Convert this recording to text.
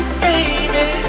baby